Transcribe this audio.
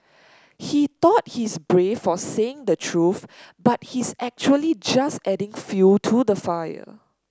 he thought he's brave for saying the truth but he's actually just adding fuel to the fire